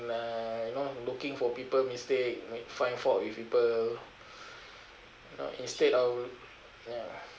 uh you know looking for people mistake may~ find fault with people you know instead of yeah